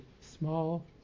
small